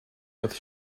with